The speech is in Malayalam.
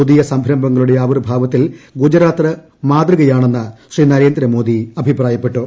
പുതിയ സംരംഭങ്ങളുടെ ആവിർഭാവത്തിൽ ഗുജറാത്ത് മാതൃകയാണെന്ന് ശ്രീ നരേന്ദ്രമോദി അഭിപ്രായപ്പെട്ടു